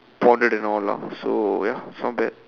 bonded and all lah so ya it's not bad